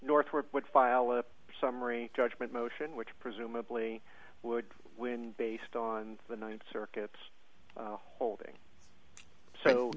north or would file a summary judgment motion which presumably would win based on the th circuit's holding so